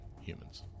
humans